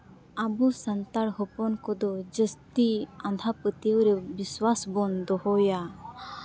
ᱟᱵᱚ ᱥᱟᱱᱛᱟᱲ ᱦᱚᱯᱚᱱ ᱠᱚᱫᱚ ᱡᱟᱹᱥᱛᱤ ᱟᱸᱫᱷᱟ ᱯᱟᱹᱛᱭᱟᱹᱣ ᱨᱮ ᱵᱤᱥᱥᱚᱣᱟᱥ ᱵᱚᱱ ᱫᱚᱦᱚᱭᱟ